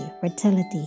fertility